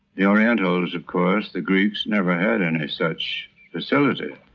the orientals, of course, the greeks, never had any such facility.